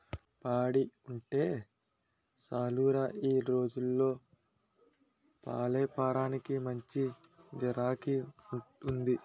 పాడి ఉంటే సాలురా ఈ రోజుల్లో పాలేపారానికి మంచి గిరాకీ ఉంది